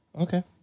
Okay